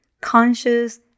conscious